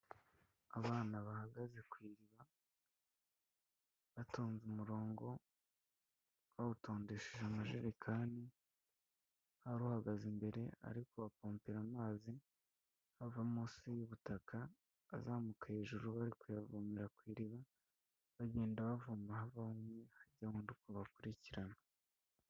Abana bahagaze ku iriba batonze umurongo bawutondesheje amajerekani, hari uhagaze imbere ari ku bapompera, amazi ava munsi y'ubutaka azamuka hejuru, bari kuyavomera ku iriba, bagenda bavoma havaho umwe, hajya undi, bakurikirana.